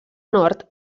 nord